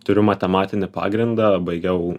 turiu matematinį pagrindą baigiau